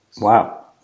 Wow